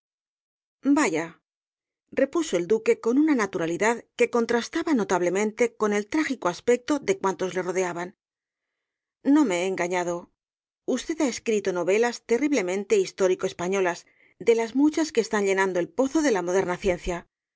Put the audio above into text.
vaya repuso el duque con una naturalidad que contrastaba notablemente con el trágico aspecto de cuantos le rodeaban no me he engañado usted el caballero de las botas azules ha escrito nóvelas terriblemente histórico españolas de las muchas que están llenando el pozo de la moderna ciencia